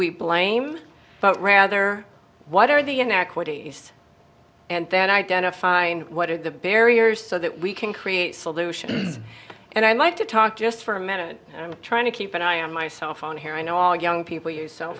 we blame but rather what are the inequities and then identifying what are the barriers so that we can create solutions and i might to talk just for a minute i'm trying to keep an eye on myself on here i know all young people use cell